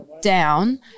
down